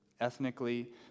ethnically